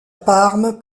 parme